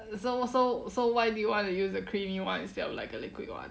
so so so why do you want to use the creamy one instead of like a liquid one